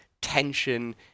tension